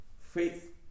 faith